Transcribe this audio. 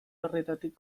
horretatik